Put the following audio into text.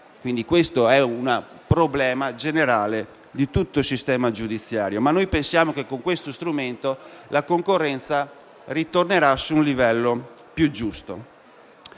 questo è una problema generale di tutto il sistema giudiziario. Noi pensiamo, comunque, che con questo strumento la concorrenza ritornerà ad un livello più giusto.